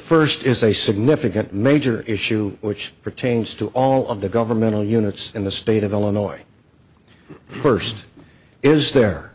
first is a significant major issue which pertains to all of the governmental units in the state of illinois first is there